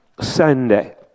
Sunday